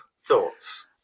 thoughts